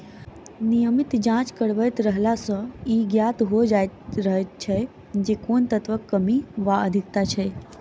नियमित जाँच करबैत रहला सॅ ई ज्ञात होइत रहैत छै जे कोन तत्वक कमी वा अधिकता छै